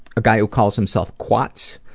a guy who calls himself kwatts.